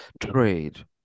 Trade